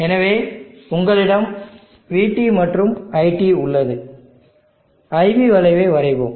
எனவே உங்களிடம் vT மற்றும் iT உள்ளது IV வளைவை வரைவோம்